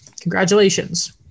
Congratulations